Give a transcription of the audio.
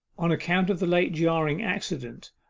on account of the late jarring accident,